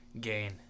gain